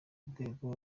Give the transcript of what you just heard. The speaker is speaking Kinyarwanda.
rwego